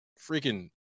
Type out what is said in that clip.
freaking